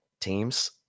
teams